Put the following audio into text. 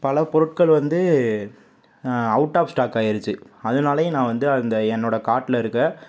பல பொருட்கள் வந்து அவுட் ஆஃப் ஸ்டாக் ஆயிருச்சு அதுனாலேயும் நான் வந்து அந்த என்னோடய கார்டில் இருக்கற